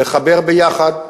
לחבר יחד,